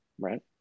Right